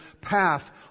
path